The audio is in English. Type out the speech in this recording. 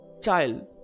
child